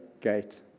gate